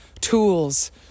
tools